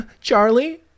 Charlie